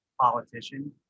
politician